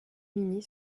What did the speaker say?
minnie